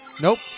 Nope